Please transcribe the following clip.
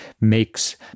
makes